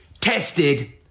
tested